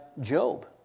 Job